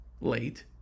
late